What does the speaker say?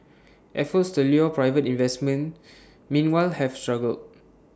efforts to lure private investment meanwhile have struggled